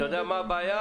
אתה יודע מה הבעיה?